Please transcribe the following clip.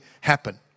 happen